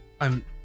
I'm-